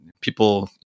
people